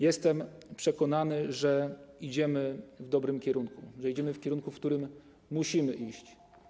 Jestem przekonany, że idziemy w dobrym kierunku, że idziemy w kierunku, w którym musimy iść.